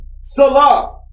Salah